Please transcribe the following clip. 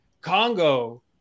Congo